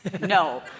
No